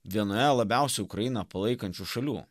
vienoje labiausiai ukrainą palaikančių šalių